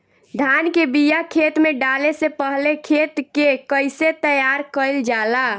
धान के बिया खेत में डाले से पहले खेत के कइसे तैयार कइल जाला?